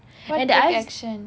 what take action